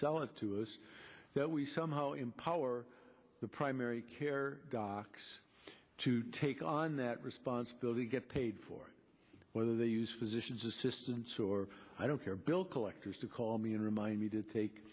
sell it to us that we somehow empower the primary care docs to take on that responsibility get paid for it whether they use physicians assistants or i don't care bill collectors to call me and remind me to take